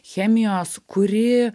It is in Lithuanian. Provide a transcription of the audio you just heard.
chemijos kuri